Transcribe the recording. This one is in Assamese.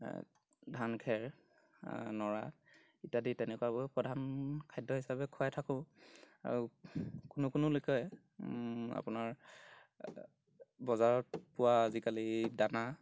ধান খেৰ নৰা ইত্যাদি তেনেকুৱাবোৰ প্ৰধান খাদ্য হিচাপে খুৱাই থাকোঁ আৰু কোনো কোনো লোকে আপোনাৰ বজাৰত পোৱা আজিকালি দানা